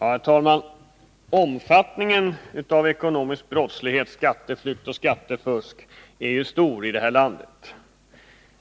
Herr talman! Omfattningen av ekonomisk brottslighet, skatteflykt och skattefusk är stor i det här landet.